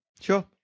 Sure